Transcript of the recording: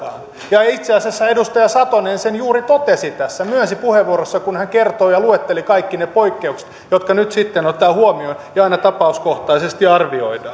itse asiassa edustaja satonen sen juuri totesi tässä myönsi puheenvuorossaan kun hän kertoi ja luetteli kaikki ne poikkeukset jotka nyt sitten otetaan huomioon ja aina tapauskohtaisesti arvioidaan